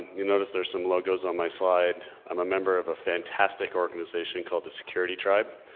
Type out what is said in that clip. you've noticed there's some logos on my slide i'm a member of a fantastic organization called the security tribe.